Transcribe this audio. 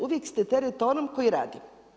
Uvijek ste teret onom koji radi.